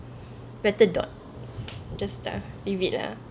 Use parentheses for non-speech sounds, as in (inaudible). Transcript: (breath) better don't just dump leave it lah